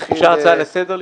אפשר הצעה לסדר היום,